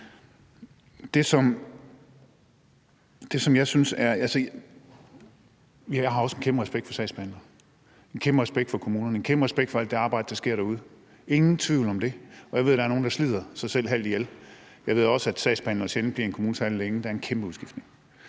Jeg har også en kæmpe respekt for sagsbehandling, en kæmpe respekt for kommunerne og en kæmpe respekt for alt det arbejde, der sker derude – ingen tvivl om det. Og jeg ved, at der er nogle, der slider sig selv halvt ihjel. Jeg ved også, at sagsbehandlere sjældent bliver i en kommune særlig længe; der er en kæmpe udskiftning.